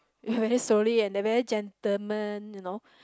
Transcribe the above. very sorry and they very gentlemen you know